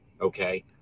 okay